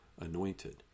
anointed